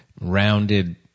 rounded